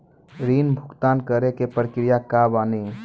ऋण भुगतान करे के प्रक्रिया का बानी?